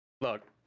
Look